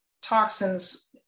toxins